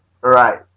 Right